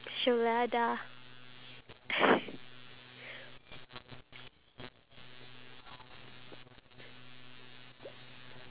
I think they role playing as cowboys one says I'm gonna shoot you cowboy and the other one has his hands up as though he is